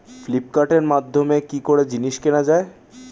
ফ্লিপকার্টের মাধ্যমে কি করে জিনিস কেনা যায়?